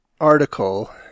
article